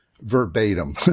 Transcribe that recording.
verbatim